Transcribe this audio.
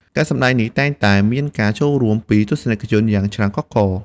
ការសម្តែងនេះតែងតែមានការចូលរួមពីទស្សនិកជនយ៉ាងច្រើនកុះករ។